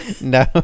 No